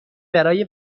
برای